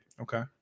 Okay